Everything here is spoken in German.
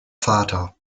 vater